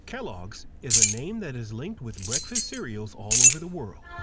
kellogg's is a name that is linked with breakfast cereals all over the world.